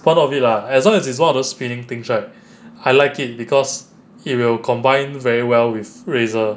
cause of it lah as long as it's one of the spinning things right I like it because it will combine very well with razor